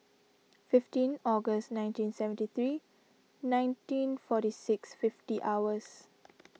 fifteen August nineteen seventy three nineteen forty six fifty hours